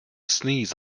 sneeze